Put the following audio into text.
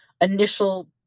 initial